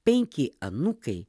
penki anūkai